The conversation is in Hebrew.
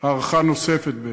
הארכה נוספת.